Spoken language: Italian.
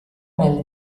nel